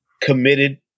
committed